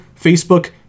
Facebook